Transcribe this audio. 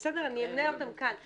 אני אמנה אותם כאן.